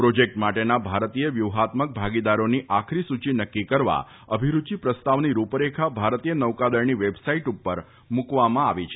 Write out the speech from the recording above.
project માટેના ભારતીય વ્યુફાત્મક ભાગીદારોની આખરી સૂચી નક્કી કરવા અભિરૂચી પ્રસ્તાવની રૂપરેખા ભારતીય નૌકાદળની વેબસાઈટ ઉપર મૂકવામાં આવી છે